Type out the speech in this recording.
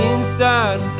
Inside